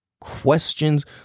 questions